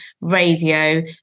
radio